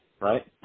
right